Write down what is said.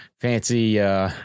fancy